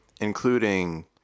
including